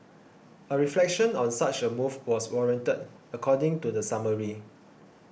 a reflection on such a move was warranted according to the summary